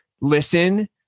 listen